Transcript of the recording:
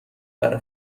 بره